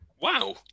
Wow